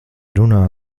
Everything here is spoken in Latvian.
runā